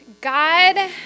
God